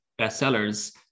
bestsellers